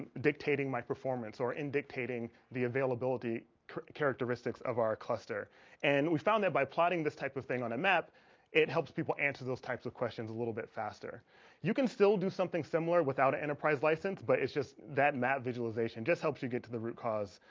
dictating my performance or in dictating the availability characteristics of our cluster and we found that by plotting this type of thing on a map it helps people answer those types of questions a little bit faster you can still do something similar without an enterprise license, but it's just that map visualization just helps you get to the root cause